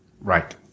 Right